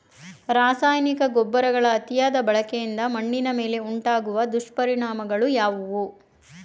ರಾಸಾಯನಿಕ ಗೊಬ್ಬರಗಳ ಅತಿಯಾದ ಬಳಕೆಯಿಂದ ಮಣ್ಣಿನ ಮೇಲೆ ಉಂಟಾಗುವ ದುಷ್ಪರಿಣಾಮಗಳು ಯಾವುವು?